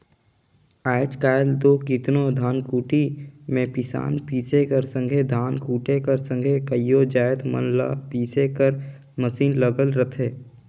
आएज काएल दो केतनो धनकुट्टी में पिसान पीसे कर संघे धान कूटे कर संघे कइयो जाएत मन ल पीसे कर मसीन लगल रहथे